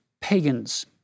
pagans